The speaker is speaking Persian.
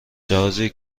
جهازی